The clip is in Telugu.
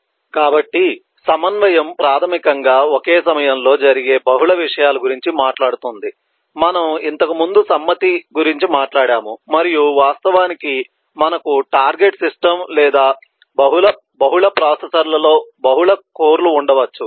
కాబట్టి సమన్వయం ప్రాథమికంగా ఒకే సమయంలో జరిగే బహుళ విషయాల గురించి మాట్లాడుతుంది మనము ఇంతకుముందు సమ్మతి గురించి మాట్లాడాము మరియు వాస్తవానికి మనకు టార్గెట్ సిస్టం లేదా బహుళ ప్రాసెసర్లలో బహుళ కోర్లు ఉండవచ్చు